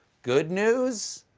good news?